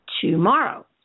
tomorrow